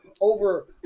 over